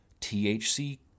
THC